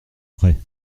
prêt